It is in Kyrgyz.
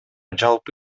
жалпы